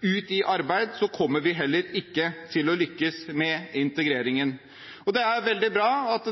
ut i arbeid, kommer vi heller ikke til å lykkes med integreringen. Det er veldig bra at